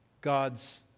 God's